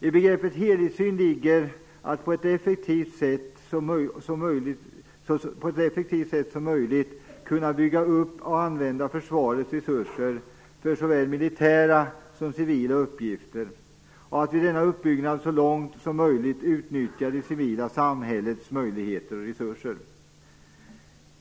I begreppet helhetssyn ligger att på ett så effektivt sätt som möjligt kunna bygga upp och använda försvarets resurser för såväl militära som civila uppgifter och att vid denna uppbyggnad så långt som möjligt utnyttja det civila samhällets möjligheter och resurser.